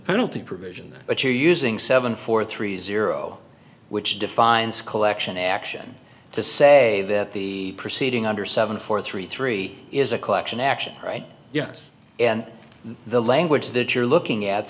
penalty provision but you're using seven four three zero which defines collection action to say that the proceeding under seven four three three is a collection action right yes and the language that you're looking at